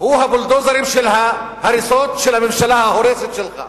הוא הבולדוזרים של ההריסות של הממשלה ההורסת שלך.